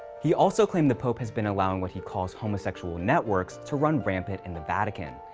he also claimed the pope has been allowing what he calls homosexual networks to run rampant in the vatican,